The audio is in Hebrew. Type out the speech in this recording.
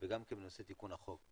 וגם בנושא תיקון החוק.